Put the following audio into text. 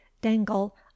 dangle